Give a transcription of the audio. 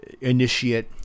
initiate